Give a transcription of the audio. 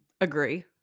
agree